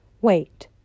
wait